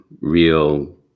real